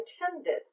intended